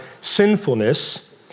sinfulness